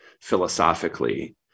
philosophically